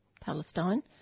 Palestine